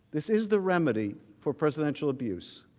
this is the remedy for presidential abuse